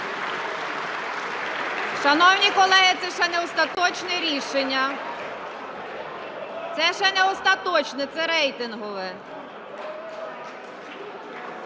Шановні колеги, це ще не остаточне рішення. Це ще не остаточне, це рейтингове.